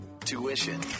Tuition